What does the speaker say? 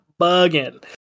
bugging